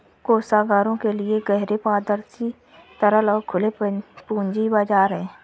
कोषागारों के लिए गहरे, पारदर्शी, तरल और खुले पूंजी बाजार हैं